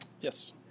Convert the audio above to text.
Yes